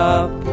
up